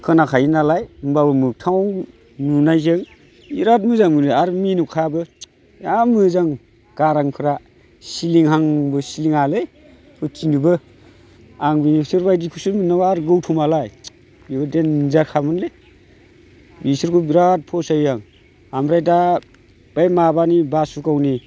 खोनाखायोनालाय होनब्लाबो मोखथाङाव नुनायजों बिराद मोजां मोनो आरो मेन'कायाबो जा मोजां गारांफोरा सिलिंहांबो सिलिङालै सयथिनोबो आं बिसोरबायदिखौसो मोननांगौ आर गौथमालाय बेबो डेनजारखामोनलै बिसोरखौ बिराद फसायो आं आमफ्राय दा बे माबानि बासुगावनि